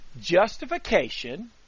Justification